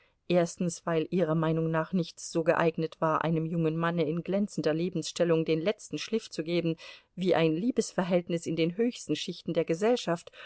erstens weil ihrer meinung nach nichts so geeignet war einem jungen manne in glänzender lebensstellung den letzten schliff zu geben wie ein liebesverhältnis in den höchsten schichten der gesellschaft